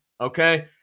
Okay